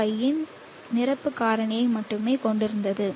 5 இன் நிரப்பு காரணியை மட்டுமே கொண்டிருந்தது